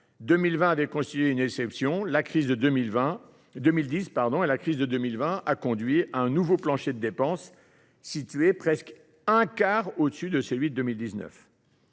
2010 avait constitué une exception, la crise de 2020 a conduit à un nouveau plancher de dépenses, situé presque un quart au dessus du niveau de 2019.